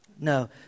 No